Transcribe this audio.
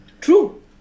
True